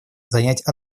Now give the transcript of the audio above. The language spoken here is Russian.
занять